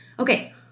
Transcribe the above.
Okay